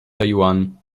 taiwan